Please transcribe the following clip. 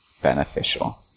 beneficial